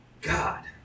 God